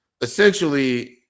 essentially